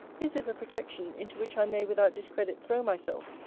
his is a protection, into which i may without discredit throw myself,